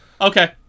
Okay